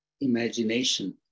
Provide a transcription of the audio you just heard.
imagination